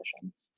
decisions